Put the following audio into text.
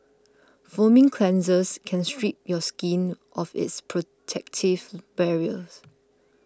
foaming cleansers can strip your skin of its protective barriers